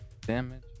Damage